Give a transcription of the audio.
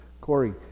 Corey